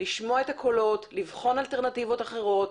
לשמוע את הקולות, לבחון אלטרנטיבות אחרות.